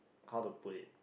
how to put it